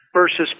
versus